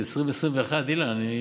זה 2021. אילן,